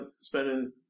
spending